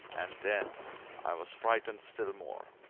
and then i was frightened still more,